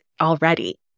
already